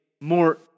more